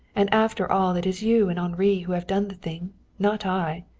and after all it is you and henri who have done the thing not i.